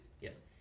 Yes